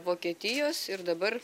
vokietijos ir dabar